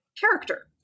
character